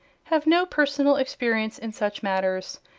have no personal experience in such matters.